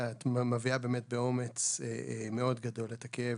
את מביאה באומץ מאוד גדול את הכאב,